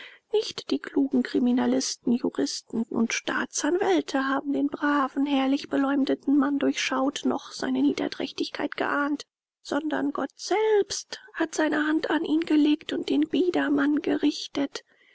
nicht die klugen kriminalisten juristen und staatsanwälte haben den braven herrlich beleumdeten mann durchschaut noch seine niedertracht geahnt sondern gott selbst hat seine hand an ihn gelegt und den biedermann gerichtet